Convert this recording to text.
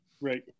Right